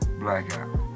Blackout